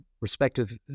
respective